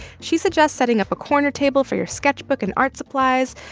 she suggests setting up a corner table for your sketchbook and art supplies.